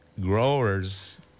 growers